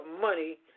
money